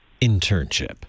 internship